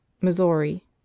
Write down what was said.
Missouri